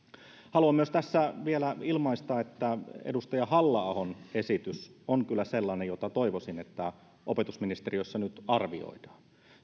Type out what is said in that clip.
haluan myös tässä vielä ilmaista että edustaja halla ahon esitys on kyllä sellainen jota toivoisin että opetusministeriössä nyt arvioidaan